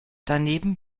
daneben